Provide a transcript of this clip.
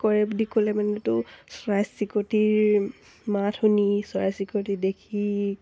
কৰে বুলি ক'লে মানেতো চৰাই চিৰিকটিৰ মাত শুনি চৰাই চিৰিকটি দেখি